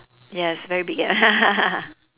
yes very big ya